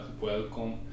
welcome